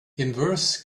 inverse